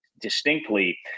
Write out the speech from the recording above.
distinctly